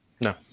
No